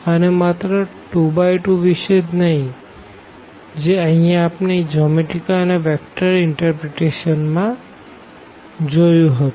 અને માત્ર 2 2 વિષે જ નહિ જે અહિયાં આપણે જીઓમેટરીકલ અને વેક્ટર ઇન્ટરપ્રીટેશન માટે જોયું હતું